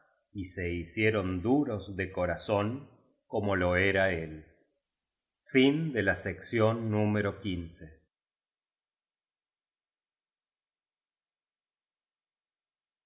y se hicieron duros de corazón como lo era él